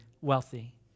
wealthy